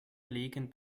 liegen